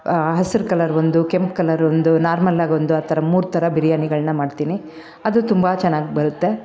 ಹಸಿರು ಕಲರ್ ಒಂದು ಕೆಂಪು ಕಲರ್ ಒಂದು ನಾರ್ಮಲಾಗೊಂದು ಆ ಥರ ಮೂರು ಥರ ಬಿರಿಯಾನಿಗಳನ್ನ ಮಾಡ್ತೀನಿ ಅದು ತುಂಬ ಚೆನ್ನಾಗಿ ಬರುತ್ತೆ